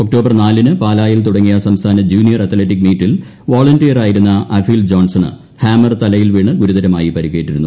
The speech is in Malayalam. ഒക്ടോബർ നാലിന് പാലായിൽ തുടങ്ങിയ് സംസ്ഥാന ജൂനിയർ അത്ലറ്റിക് മീറ്റിൽ വോളന്റിയറായിരുക്കു അഫീൽ ജോൺസണ് ഹാമർ തലയിൽ വീണ് ഗുരുതരമായി പ്രിക്കേറ്റിരുന്നു